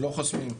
לא חוסמים.